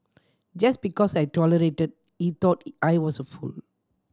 just because I tolerated he thought I was a fool